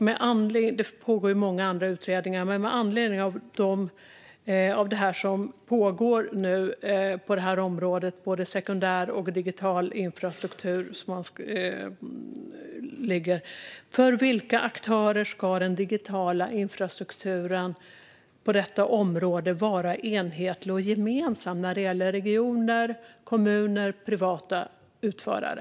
Det pågår många andra utredningar, men med anledning av det som nu pågår inom sekundär och digital infrastruktur är min fråga: För vilka aktörer ska den digitala infrastrukturen på detta område vara enhetlig och gemensam när det gäller regioner, kommuner och privata utförare?